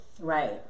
Right